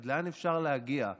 עד לאן אפשר להגיע?